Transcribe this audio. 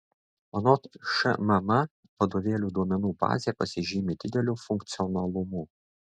anot šmm vadovėlių duomenų bazė pasižymi dideliu funkcionalumu